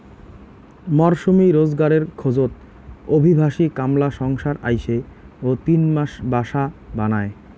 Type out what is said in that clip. মরসুমী রোজগারের খোঁজত অভিবাসী কামলা সংসার আইসে ও তিন মাস বাসা বানায়